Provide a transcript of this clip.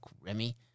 Remy